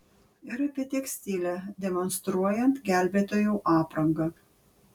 ir apie tekstilę demonstruojant gelbėtojų aprangą